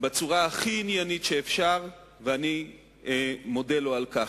בצורה הכי עניינית שאפשר, ואני מודה לו על כך.